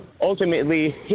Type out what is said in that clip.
ultimately